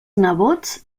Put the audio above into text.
nebots